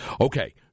Okay